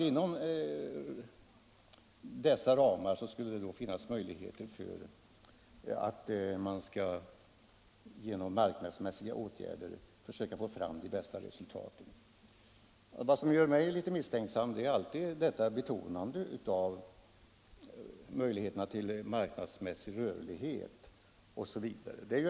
Inom dessa ramar skulle det finnas möjligheter att genom marknadsmässiga åtgärder försöka få fram de bästa resultaten. Vad som gör mig litet misstänksam är alltid detta betonande av möjligheterna till marknadsmässig rörlighet osv.